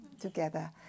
together